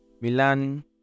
Milan